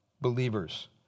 Believers